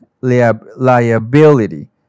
liability